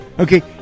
Okay